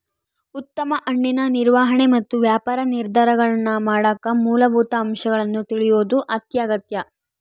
ಉತ್ತಮ ಹಣ್ಣಿನ ನಿರ್ವಹಣೆ ಮತ್ತು ವ್ಯಾಪಾರ ನಿರ್ಧಾರಗಳನ್ನಮಾಡಕ ಮೂಲಭೂತ ಅಂಶಗಳನ್ನು ತಿಳಿಯೋದು ಅತ್ಯಗತ್ಯ